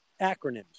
acronyms